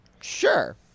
sure